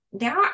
Now